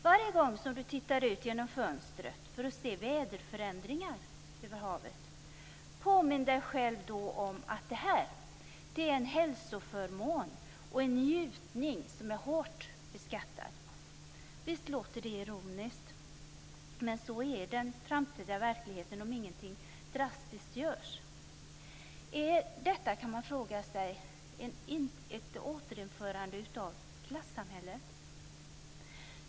Varje gång som du tittar ut genom fönstret för att se väderförändringar över havet, påminn dig då själv om att det här är en hälsoförmån och en njutning som är hårt beskattad. Visst låter detta ironiskt, men så blir den framtida verkligheten om ingenting drastiskt görs. Är detta, kan man fråga sig, ett återinförande av klassamhället?